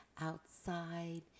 outside